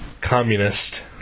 Communist